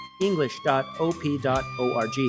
english.op.org